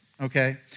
okay